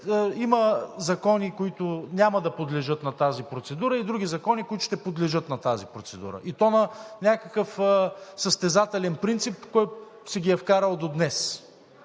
има закони, които няма да подлежат на тази процедура, и други закони, които ще подлежат на тази процедура и то на някакъв състезателен принцип – който си ги е вкарал до днес.